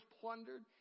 plundered